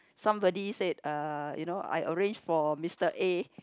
somebody said uh you know I arrange for Mister A